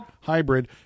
hybrid